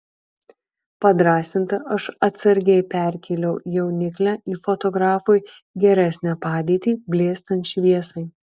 padrąsinta aš atsargiai perkėliau jauniklę į fotografui geresnę padėtį blėstant šviesai